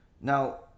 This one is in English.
Now